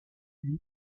nuit